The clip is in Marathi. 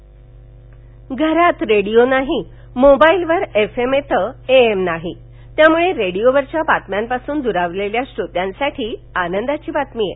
रेडीओ अॅप घरात रेडिओ नाही मोबाईलवर एफ एम येतं ए एम नाही त्यामुळे रेडिओवरच्या बातम्यांपासून दुरावलेल्या श्रोत्यांसाठी आनंदाची बातमी आहे